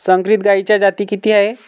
संकरित गायीच्या जाती किती आहेत?